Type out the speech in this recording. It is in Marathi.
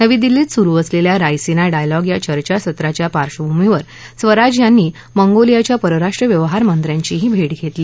नवी दिल्लीत सुरु असलेल्या रायसिना डायलॉग या चर्चा सत्राच्या पार्श्वभूमीवर स्वराज यांनी मंगोलियाच्या परराष्ट्र व्यवहार मंत्र्यांचीही भेट घेतली